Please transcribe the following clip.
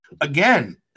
again